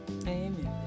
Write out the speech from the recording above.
Amen